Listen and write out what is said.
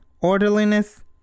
orderliness